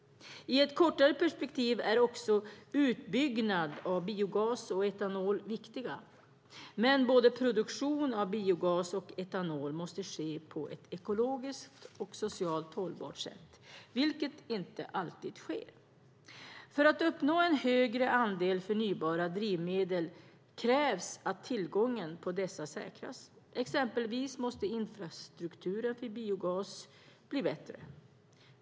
I ett kortare perspektiv är också utbyggnad av biogas och etanol viktiga. Men produktion av både biogas och etanol måste ske på ett ekologiskt och socialt hållbart sätt, vilket inte alltid sker. För att uppnå en högre andel förnybara drivmedel krävs att tillgången på dessa säkras, exempelvis måste infrastrukturen för biogas bli bättre.